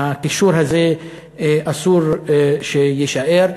הקישור הזה אסור שיישאר.